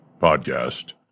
podcast